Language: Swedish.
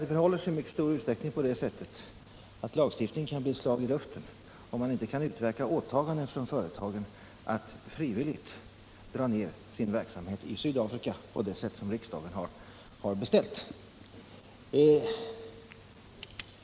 Det förhåller sig i mycket hög grad så, att lagen kan bli ett slag i luften, om man inte lyckas utverka åtaganden från företagens sida att frivilligt dra ned sin verksamhet i Sydafrika på det sätt som riksdagen har beställt.